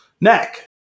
neck